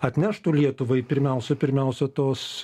atneštų lietuvai pirmiausia pirmiausia tos